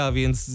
więc